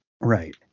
Right